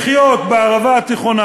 לחיות בערבה התיכונה,